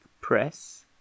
press